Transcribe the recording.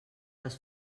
les